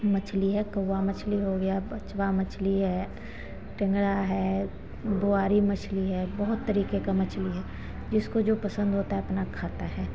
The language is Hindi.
मछली है कौवा मछली हो गया बचवा मछली है टेंगड़ा है बुआरी मछली है बहुत तरीके का मछली है जिसको जो पसंद होता है अपना खाता है